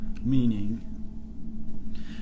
meaning